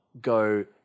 Go